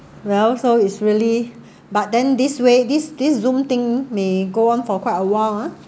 well so it's really but then this way this this zoom thing may go on for quite awhile ah